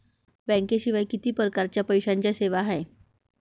बँकेशिवाय किती परकारच्या पैशांच्या सेवा हाय?